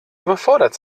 überfordert